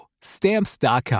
Stamps.com